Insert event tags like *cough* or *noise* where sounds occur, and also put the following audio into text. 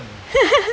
*laughs*